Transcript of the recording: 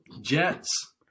Jets